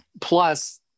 Plus